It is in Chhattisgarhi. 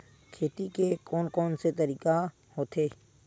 खेती के कोन कोन से तरीका होथे?